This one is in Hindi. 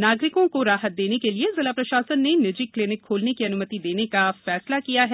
नागरिकों को राहत देने के लिए जिला प्रशासन ने निजी क्लिनिक खोलने की अनुमति देने का फैसला किया है